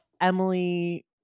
Emily